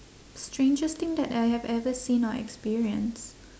strangest thing that I have ever seen or experienced